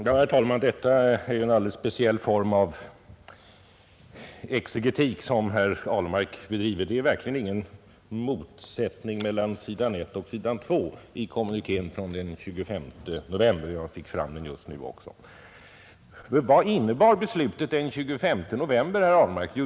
Herr talman! Detta är en alldeles speciell form av exegetik som herr Ahlmark bedriver. Det är verkligen ingen motsättning mellan s. I och s. 2 i kommunikén från den 25 november — jag fick också fram den just nu. Vad innebär beslutet den 25 november, herr Ahlmark?